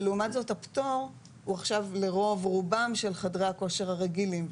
ולעומת זאת הפטור הוא עכשיו לרוב רובם של חדרי הכושר הרגילים.